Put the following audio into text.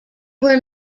were